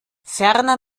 ferner